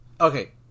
okay